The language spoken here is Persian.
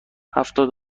هفتاد